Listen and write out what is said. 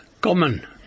common